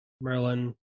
Merlin